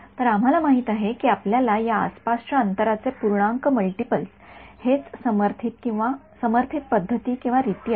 तर आम्हाला माहिती आहे की आपल्याला या आसपासच्या अंतराचे पूर्णांक मल्टीपल्स हेच समर्थित पद्धतीरीती आहेत